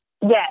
Yes